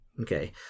Okay